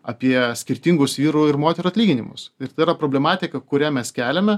apie skirtingus vyrų ir moterų atlyginimus ir tai yra problematika kurią mes keliame